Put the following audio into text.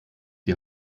die